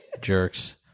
Jerks